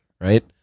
right